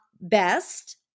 best